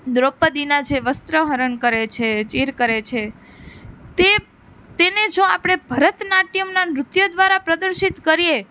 દ્રોપદીના જે વસ્ત્રહરણ કરે છે ચીર કરે છે તે તેને જો આપણે ભરતનાટ્યમના નૃત્ય દ્વારા પ્રદર્શિત કરીએ